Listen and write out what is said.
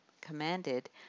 commanded